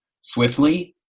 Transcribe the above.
swiftly